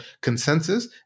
consensus